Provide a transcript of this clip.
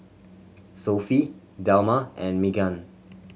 Sophie Delmar and Meaghan